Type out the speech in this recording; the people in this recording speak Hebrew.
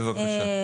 בבקשה.